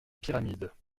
pyramides